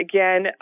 Again